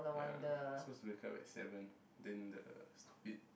ya supposed to wake up at seven then the stupid